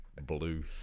blue